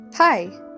Hi